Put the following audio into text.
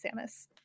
Samus